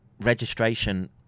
registration